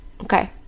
Okay